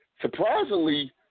Surprisingly